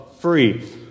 free